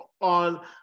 on